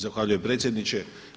Zahvaljujem predsjedniče.